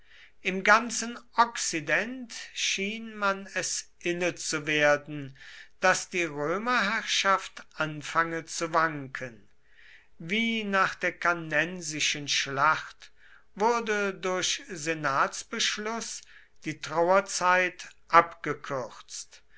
im ganzen okzident schien man es inne zu werden daß die römerherrschaft anfange zu wanken wie nach der cannensischen schlacht wurde durch senatsbeschluß die trauerzeit abgekürzt